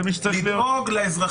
זה מי שצריך --- לדאוג לאזרחים,